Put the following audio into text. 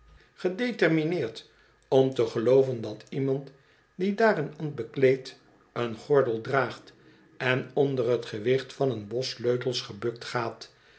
determineerd om te gelooven dat iemand die daar een ambt bekleedt een gordel draagt en onder t gewicht van een bos sleutels gebukt gaat